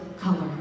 color